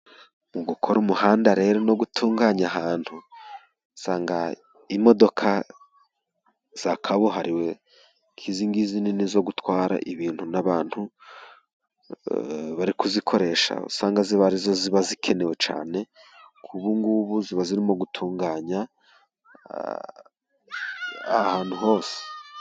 Mu gukora umuhanda rero no gutunganya ahantu, usanga imodoka za kabuhariwe nk'izi ngizi nini zo gutwara ibintu n'abantu, bari kuzikoresha, usanga ziba arizo ziba zikenewe cyane, nk' ubu ngubu ziba zirimo gutunganya ahantu hose.